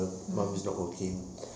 mm